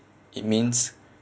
it means